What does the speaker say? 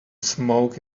smoke